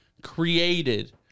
created